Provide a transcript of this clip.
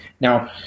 Now